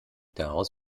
daraus